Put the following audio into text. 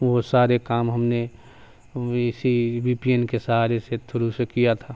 وہ سارے کام ہم نے V C V P N کے سہارے سے تھرو سے کیا تھا